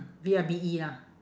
V I B E lah